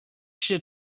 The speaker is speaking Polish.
się